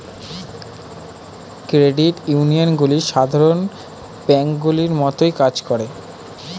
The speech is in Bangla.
ক্রেডিট ইউনিয়নগুলি সাধারণ ব্যাঙ্কগুলির মতোই কাজ করে